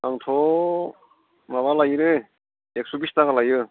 आंथ' माबा लायोलै एखस' बिस थाखा लायो